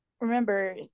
remember